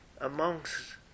amongst